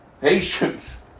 patience